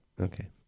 Okay